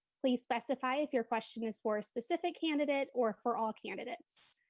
please specify if your question is for a specific candidate or for all candidates.